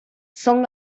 son